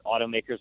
automakers